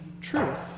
truth